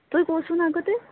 তই কচোন আগতে